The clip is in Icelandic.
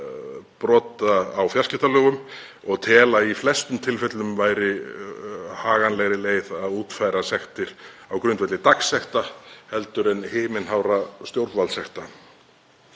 brota á fjarskiptalögum og tel að í flestum tilfellum væri haganlegri leið að útfæra sektir á grundvelli dagsekta en himinhárra stjórnvaldssekta.